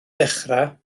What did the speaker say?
dechrau